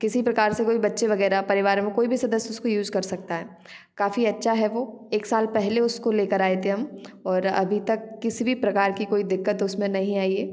किसी प्रकार से कोई बच्चे वगैरह परिवार में कोई भी सदस्य उसको यूज़ कर सकता है काफ़ी अच्छा है वो एक साल पहले उसको लेकर आए थे हम और अभी तक किसी भी प्रकार की कोई दिक्कत उसमें नहीं आई है